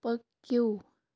پٔکِو